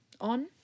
on